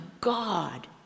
God